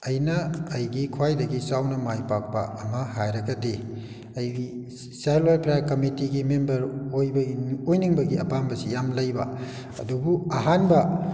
ꯑꯩꯅ ꯑꯩꯒꯤ ꯈ꯭ꯋꯥꯏꯗꯒꯤ ꯆꯥꯎꯅ ꯃꯥꯏ ꯄꯥꯛꯄ ꯑꯃ ꯍꯥꯏꯔꯒꯗꯤ ꯑꯩꯒꯤ ꯆꯥꯏꯜ ꯋꯦꯜꯐꯤꯌꯥꯔ ꯀꯃꯤꯇꯤꯒꯤ ꯃꯦꯝꯕꯔ ꯑꯣꯏꯅꯤꯡꯕꯒꯤ ꯑꯄꯥꯝꯕꯁꯤ ꯌꯥꯝꯅ ꯂꯩꯕ ꯑꯗꯨꯕꯨ ꯑꯍꯥꯟꯕ